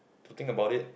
to think about it